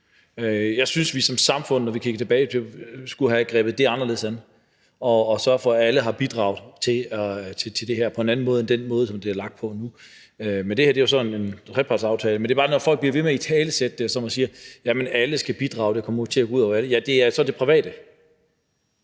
Jeg synes, at vi som samfund, når vi kigger tilbage på det, skulle have grebet det anderledes an og have sørget for, at alle havde bidraget til det her, på en anden måde end den måde, det sker nu. Det her er så en trepartsaftale, men det er bare, når folk bliver ved med at italesætte det ved at sige, at alle skal bidrage, og at det kommer til at gå ud over alle, at jeg må sige: